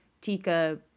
Tika